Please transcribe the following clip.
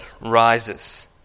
rises